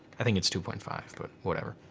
i think it's two point five but whatever.